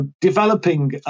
developing